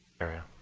area.